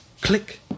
click